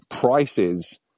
prices